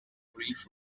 reef